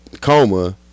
coma